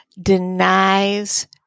denies